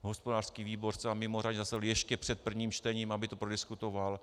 Hospodářský výbor zcela mimořádně zasedl ještě před prvním čtením, aby to prodiskutoval.